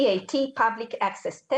Public Access Test,